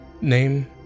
name